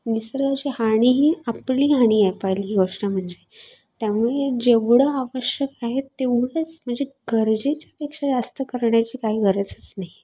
निसर्गाची हानी ही आपली हानी आहे पहिली गोष्ट म्हणजे त्यामुळे जेवढं आवश्यक आहे तेवढंच म्हणजे गरजेच्यापेक्षा जास्त करण्याची काही गरजच नाही